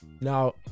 Now